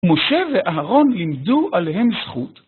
משה ואהרון לימדו עליהם זכות.